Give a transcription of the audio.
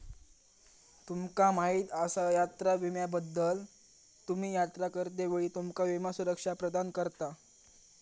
तुमका माहीत आसा यात्रा विम्याबद्दल?, तुम्ही यात्रा करतेवेळी तुमका विमा सुरक्षा प्रदान करता